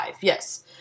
yes